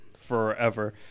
forever